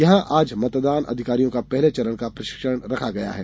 यहां आज मतदान अधिकारियों का पहले चरण का प्रशिक्षण रखा गया है